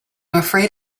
afraid